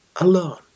alone